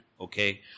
Okay